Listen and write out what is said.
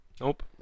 nope